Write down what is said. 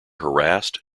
harassed